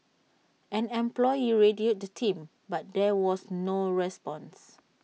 an employee radioed the team but there was no response